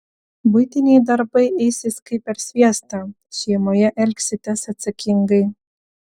buitiniai darbai eisis kaip per sviestą šeimoje elgsitės atsakingai